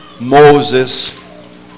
Moses